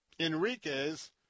Enriquez